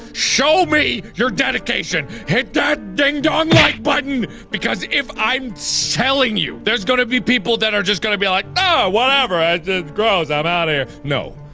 show me your dedication. hit that dingdong like button because if i'm telling you there's gonna be people that are just gonna be like ah whatever i did gross, i'm outta here, no.